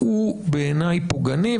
הוא בעיני פוגעני.